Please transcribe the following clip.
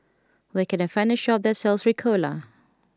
where can I find a shop that sells Ricola